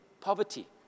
poverty